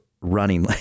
running